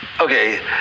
Okay